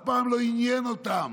אף פעם לא עניין אותם.